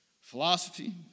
Philosophy